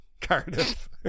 Cardiff